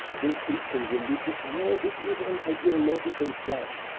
this is a religious war, this is an ideological clash.